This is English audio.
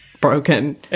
broken